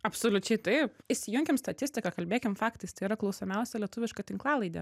absoliučiai taip įsijunkit statistiką kalbėkim faktais tai yra klausomiausia lietuviška tinklalaidė